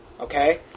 Okay